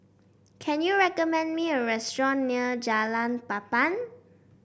can you recommend me a restaurant near Jalan Papan